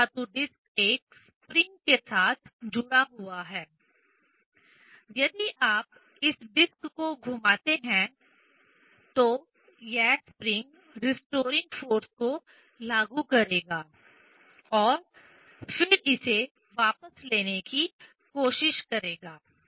यह धातु डिस्क एक स्प्रिंग के साथ जुड़ा हुआ है यदि आप इस डिस्क को घुमाते हैं तो यह स्प्रिंग रिस्टोरिंग फोर्स को लागू करेगा और फिर इसे वापस लेने की कोशिश करेगा